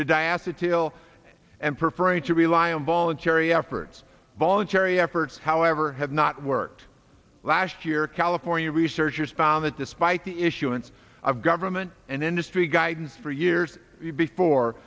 to die at the till and perforate to rely on voluntary efforts voluntary efforts however have not worked last year california researchers found that despite the issuance of government and industry guidance for years before